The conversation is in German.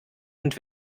und